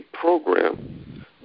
program